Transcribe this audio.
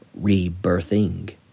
rebirthing